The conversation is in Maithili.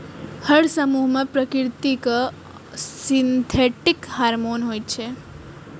हर समूह मे प्राकृतिक आ सिंथेटिक हार्मोन होइ छै